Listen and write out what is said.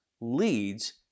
leads